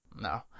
No